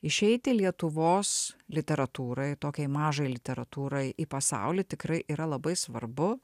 išeiti lietuvos literatūrai tokiai mažai literatūrai į pasaulį tikrai yra labai svarbu